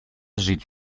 жить